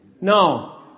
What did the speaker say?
No